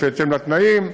בהתאם לתנאים,